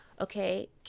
okay